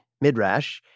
Midrash